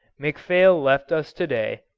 mcphail left us to-day,